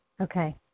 okay